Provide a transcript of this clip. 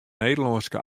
nederlânske